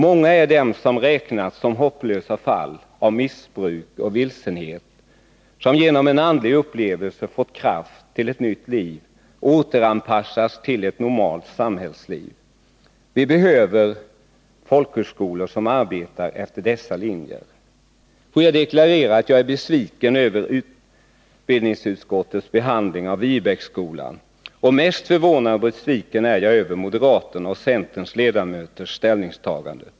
Många är de människor som räknats som hopplösa fall av missbruk och vilsenhet men som genom en andlig upplevelse fått kraft till ett nytt liv och återanpassats till ett normalt samhällsliv. Vi behöver folkhögskolor som arbetar efter dessa linjer. Jag deklarerar att jag är besviken över utbildningsutskottets behandling av Viebäcksskolan, men mest förvånad och besviken är jag över ställningstagandet från moderaternas och centerns ledamöter.